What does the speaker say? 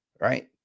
right